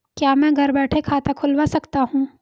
क्या मैं घर बैठे खाता खुलवा सकता हूँ?